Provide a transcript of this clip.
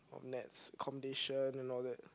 of Nat's accommodation and all that